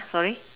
sorry